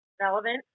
Relevant